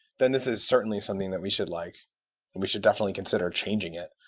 then this is certainly something that we should like and we should definitely consider changing it.